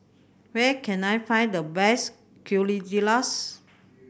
where can I find the best Quesadillas